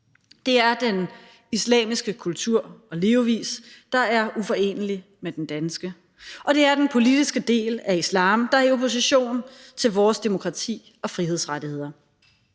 Det er den islamiske kultur og levevis, der er uforenelig med den danske, og det er den politiske del af islam, der er i opposition til vores demokrati og frihedsrettigheder.